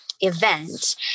event